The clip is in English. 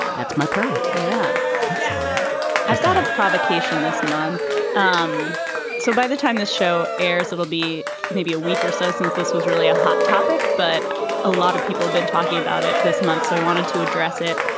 that's my pride. yeah excellent i've got a provocation this month. um so by the time the show airs it'll be maybe a week or so since this was really a hot topic but a lot of people have been talking about it this month so i wanted to address it.